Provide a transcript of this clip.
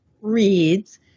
reads